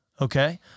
Okay